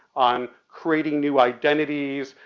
on creating new identities,